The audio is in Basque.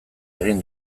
egin